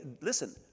Listen